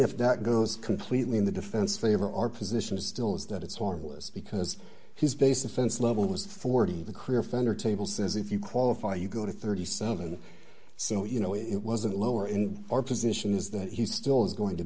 if that goes completely in the defense favor our position still is that it's harmless because he's basing fence level was forty the career offender table says if you qualify you go to thirty seven dollars so you know it wasn't lower in our position is that he still is going to